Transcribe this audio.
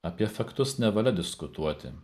apie faktus nevalia diskutuoti